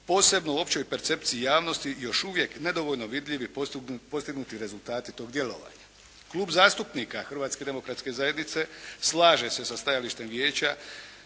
posebno u općoj percepciji javnosti još uvijek nedovoljno vidljivi postignuti rezultati tog djelovanja. Klub zastupnika Hrvatske demokratske zajednice slaže se sa stajalištem vijeća